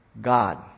God